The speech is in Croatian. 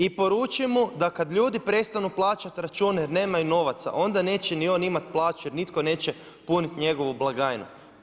I poruči mu, da kad ljudi prestanu plaćati računa jer nemaju novaca, onda neće ni on imati plaću, jer nitko neće puniti njegovu blagajnu.